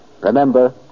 Remember